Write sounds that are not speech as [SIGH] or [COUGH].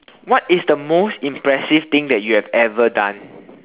what is the most impressive thing that you have ever done [BREATH]